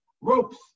ropes